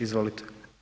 Izvolite.